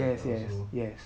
yes yes yes